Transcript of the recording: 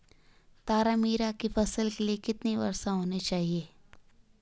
तारामीरा की फसल के लिए कितनी वर्षा होनी चाहिए?